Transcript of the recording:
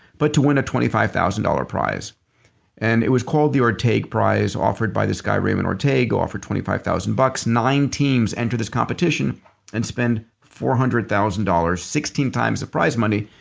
but to win a twenty five thousand dollars prize and it was called the orteig prize offered by this guy raymond orteig who offered twenty five thousand bucks. nine teams entered this competition and spent four hundred thousand dollars, sixteen times the prize money,